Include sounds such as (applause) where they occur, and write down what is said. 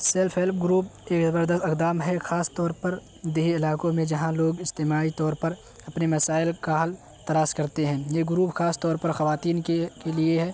self help group (unintelligible) ہے خاص طور پر دیہی علاقوں میں جہاں لوگ اجتماعی طور پر اپنے مسائل کا حل تلاش کرتے ہیں یہ گروپ خاص طور پر خواتین کے کے لیے ہے